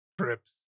trips